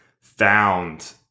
found